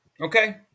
Okay